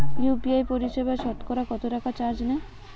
UPI পরিসেবায় সতকরা কতটাকা চার্জ নেয়?